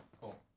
cool